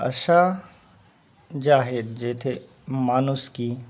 अशा ज्या आहेत जेथे माणूसकी